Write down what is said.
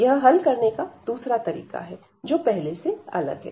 यह हल करने का दूसरा तरीका है जो पहले से अलग है